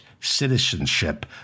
citizenship